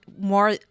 more